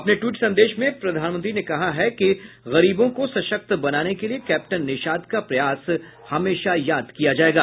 अपने टवीट संदेश में प्रधानमंत्री ने कहा कि गरीबों को सशक्त बनाने के लिये कैप्टन निषाद का प्रयास हमेशा याद किया जायेगा